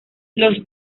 los